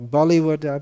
Bollywood